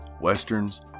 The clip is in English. westerns